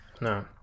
No